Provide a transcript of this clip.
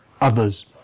others